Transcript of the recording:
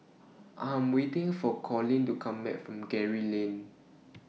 I Am waiting For Collin to Come Back from Gray Lane